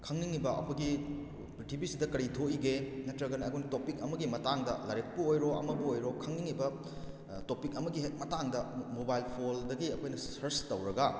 ꯈꯪꯅꯤꯡꯉꯤꯕ ꯑꯩꯈꯣꯏꯒꯤ ꯄ꯭ꯔꯤꯊꯤꯕꯤꯁꯤꯗ ꯀꯔꯤ ꯊꯣꯀꯏꯒꯦ ꯅꯠꯇ꯭ꯔꯒꯅ ꯑꯉꯣꯟ ꯇꯣꯄꯤꯛ ꯑꯃꯒꯤ ꯃꯇꯥꯡꯗ ꯂꯥꯏꯔꯤꯛꯄꯨ ꯑꯣꯏꯔꯣ ꯑꯃꯕꯨ ꯑꯣꯏꯔꯣ ꯈꯪꯅꯤꯡꯏꯕ ꯇꯣꯄꯤꯛ ꯑꯃꯒꯤ ꯍꯦꯛ ꯃꯇꯥꯡꯗ ꯃꯣꯕꯥꯏꯜ ꯐꯣꯜꯗꯒꯤ ꯑꯩꯈꯣꯏꯅ ꯁꯔꯁ ꯇꯧꯔꯒ